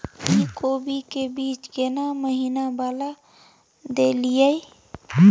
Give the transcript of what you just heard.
इ कोबी के बीज केना महीना वाला देलियैई?